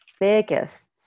biggest